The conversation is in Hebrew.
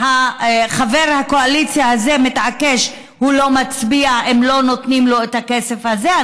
חבר הקואליציה הזה מתעקש שהוא לא מצביע אם לא נותנים לו את הכסף הזה.